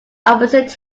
opposite